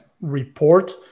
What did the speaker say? report